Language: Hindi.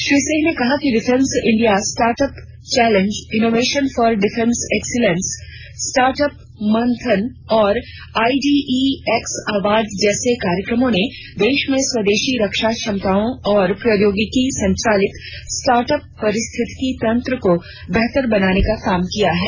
श्री सिंह ने कहा कि defence India startup challenge innovation for defence excellence startup Manthan और आई डीईएक्स अवार्ड जैसे कार्यक्रमों ने देश में स्वदेशी रक्षा क्षमताओं और प्रौद्योगिकी संचालित स्टार्टअप पारिस्थितिकी तंत्र को बेहतर बनाने का काम किया है